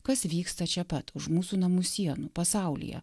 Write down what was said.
kas vyksta čia pat už mūsų namų sienų pasaulyje